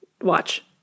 watch